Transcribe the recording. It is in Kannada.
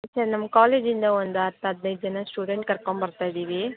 ಸರ್ ನಮ್ಮ ಕಾಲೇಜಿಂದ ಒಂದು ಹತ್ತು ಹದಿನೈದು ಜನ ಸ್ಟುಡೆಂಟ್ ಕರ್ಕೊಂಬರ್ತಾಯಿದ್ದೀವಿ